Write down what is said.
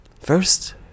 First